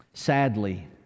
Sadly